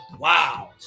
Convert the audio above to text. Wow